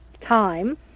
time